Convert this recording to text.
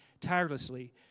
tirelessly